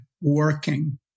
working